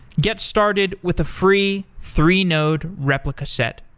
get started with a free three node replica set,